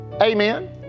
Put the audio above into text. amen